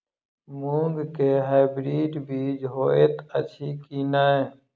मूँग केँ हाइब्रिड बीज हएत अछि की नै?